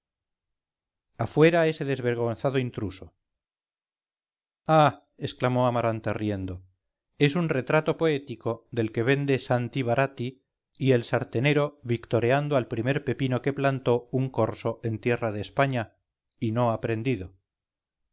afuera ese desvergonzado intruso ah exclamó amaranta riendo es un retrato poético del que vende santi barati y el sartenero victoreando al primer pepino que plantó un corso en tierra de españa y no ha prendido